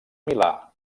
milà